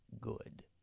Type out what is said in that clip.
Good